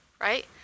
right